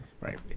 right